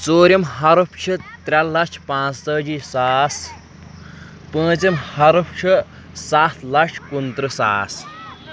ژوٗرِم حرُف چھِ ترٛےٚ لچھ پانٛژتٲجی ساس پوٗنٛژِم حرُف چھُ سَتھ لچھ کُنتٕرٛہ ساس